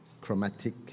chromatic